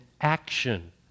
action